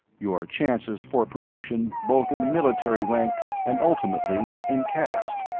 your chances for promotion both in military rank and ultimately in caste.